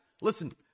Listen